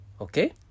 okay